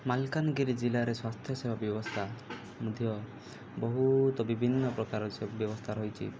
ମାଲକାନଗିରି ଜିଲ୍ଲାରେ ସ୍ୱାସ୍ଥ୍ୟ ସେବା ବ୍ୟବସ୍ଥା ମଧ୍ୟ ବହୁତ ବିଭିନ୍ନ ପ୍ରକାର ବ୍ୟବସ୍ଥା ରହିଛି